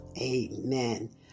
Amen